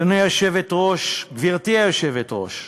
גברתי היושבת-ראש,